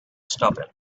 stop